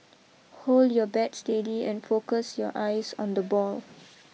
hold your bat steady and focus your eyes on the ball